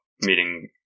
meeting